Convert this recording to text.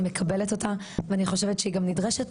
אני מקבלת אותה ואני חושבת שהיא גם נדרשת,